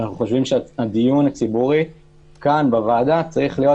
אנחנו חושבים שהדיון הציבורי כאן בוועדה צריך להיות